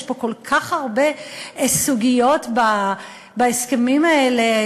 יש פה כל כך הרבה סוגיות בהסכמים האלה.